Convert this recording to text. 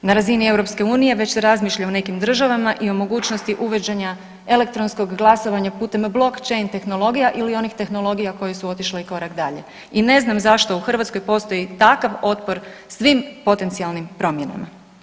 Na razini EU već se razmišlja o nekim državama i o mogućnosti uvođenja elektronskog glasovanja putem blockchain tehnologija ili onih tehnologija koje su otišle i korak dalje i ne znam zašto u Hrvatskoj postoji takav otpor svim potencijalnim promjenama.